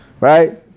right